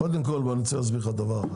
קודם כל, אני רוצה להסביר לך דבר.